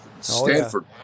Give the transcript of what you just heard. Stanford